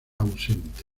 ausente